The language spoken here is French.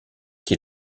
qui